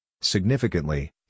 Significantly